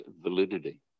validity